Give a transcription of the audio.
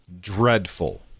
dreadful